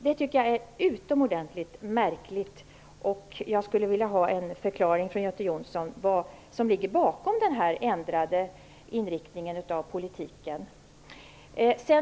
Jag tycker att det är utomordentligt märkligt, och jag skulle vilja få en förklaring från Göte Jonsson till vad som ligger bakom denna ändrade inriktning av politiken.